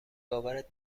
باورت